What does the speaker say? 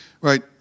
Right